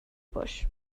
bush